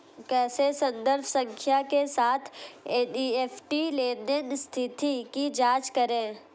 कैसे संदर्भ संख्या के साथ एन.ई.एफ.टी लेनदेन स्थिति की जांच करें?